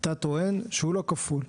אתה טוען שהוא לא כפול?